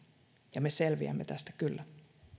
ja me selviämme tästä kyllä